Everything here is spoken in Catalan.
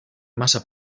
massa